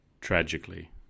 tragically